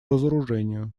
разоружению